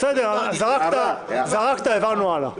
בסדר, זרקת, הבנו, הלאה.